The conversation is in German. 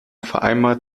vereinbart